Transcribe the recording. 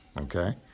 okay